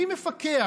מי מפקח?